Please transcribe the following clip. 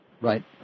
Right